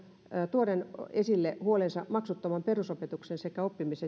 tuoden esille huolensa maksuttoman perusopetuksen sekä